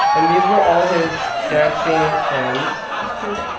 and these were all his dancing friends. his crew?